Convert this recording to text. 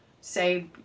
say